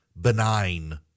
benign